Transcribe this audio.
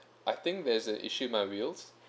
I think there's an issue with my wheels